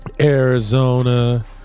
Arizona